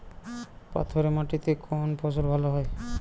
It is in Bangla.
পাথরে মাটিতে কোন ফসল ভালো হয়?